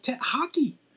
Hockey